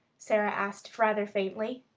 sara asked rather faintly.